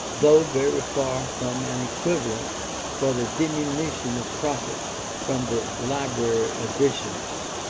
though very far from an equivalent for the diminution of profit from the library editions.